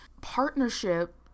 Partnership